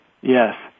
Yes